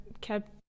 kept